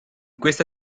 questa